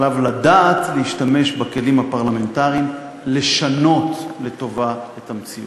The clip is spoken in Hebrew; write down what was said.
עליו לדעת להשתמש בכלים הפרלמנטריים כדי לשנות לטובה את המציאות.